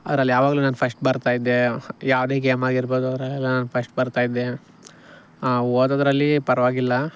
ಅದ್ರಲ್ಲಿ ಯಾವಾಗಲೂ ನಾನು ಫಸ್ಟ್ ಬರ್ತಾಯಿದ್ದೆ ಯಾವುದೇ ಗೇಮ್ ಆಗಿರ್ಬೋದು ಅದರಲ್ಲೆಲ್ಲ ನಾನು ಫಸ್ಟ್ ಬರ್ತಾಯಿದ್ದೆ ಓದೋದರಲ್ಲಿ ಪರ್ವಾಗಿಲ್ಲ